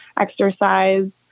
exercise